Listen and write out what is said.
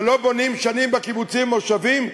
כשלא בונים שנים בקיבוצים ובמושבים,